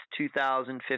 2015